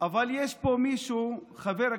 אבל יש פה מישהו, חבר כנסת,